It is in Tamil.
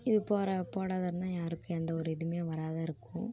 இது போட போடாம இருந்தால் யாருக்கும் எந்த ஒரு இதுவுமே வராம இருக்கும்